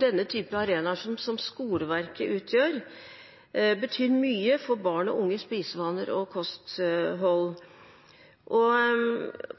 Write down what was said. denne type arenaer som skoleverket utgjør, betyr mye for barn og unges spisevaner og kosthold.